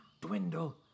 dwindle